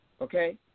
okay